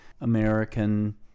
American